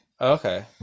Okay